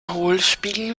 hohlspiegel